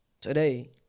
today